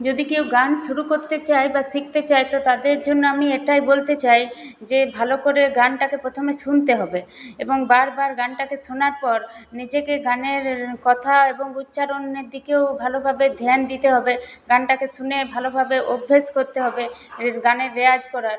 যদি কেউ গান শুরু করতে চায় বা শিখতে চায় তো তাদের জন্য আমি এটাই বলতে চাই যে ভালো করে গানটাকে প্রথমে শুনতে হবে এবং বারবার গানটাকে শোনার পর নিজেকে গানের কথা এবং উচ্চারণের দিকেও ভালো ভাবে ধেয়ান দিতে হবে গানটাকে শুনে ভালো ভাবে অভ্যেস করতে হবে এর গানের রেওয়াজ করার